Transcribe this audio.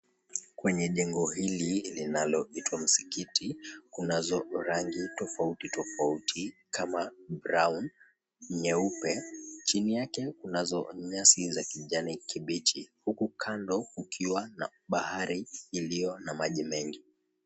Kwenye jengo hili linaloitwa msikiti, kunazo rangi tofauti tofauti kama vile brown, nyeupe. Chini yake kunazo nyasi ambazo ni za kijani kibichi huku kukiwa na bahari iliyo na maji mengi.